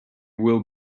will